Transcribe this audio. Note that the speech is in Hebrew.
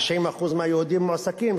90% מהיהודים מועסקים,